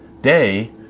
day